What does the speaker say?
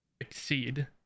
Exceed